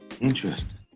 interesting